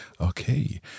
Okay